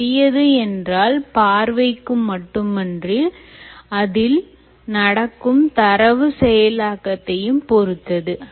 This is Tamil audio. பெரியது என்றால் பார்வைக்கும் மட்டுமன்றி அதில் நடக்கும் தரவு செயலாக்கத்தை பொறுத்தது